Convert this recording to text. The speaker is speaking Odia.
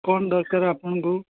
କ'ଣ ଦରକାର ଆପଣଙ୍କୁ